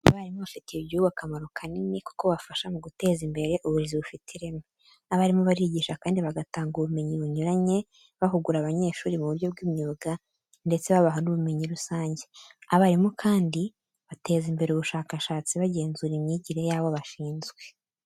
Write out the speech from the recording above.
Abarimu bafitiye igihugu akamaro kanini kuko bafasha mu guteza imbere uburezi bufite ireme. Abarimu barigisha kandi bagatanga ubumenyi bunyuranye, bahugura abanyeshuri mu buryo bw’imyuga ndetse babaha n’ubumenyi rusange. Abarimu kandi bateza imbere ubushakashatsi, bagenzura imyigire y'abo bashinzwe.